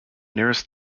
nearest